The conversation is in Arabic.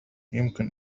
يمكن